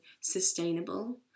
sustainable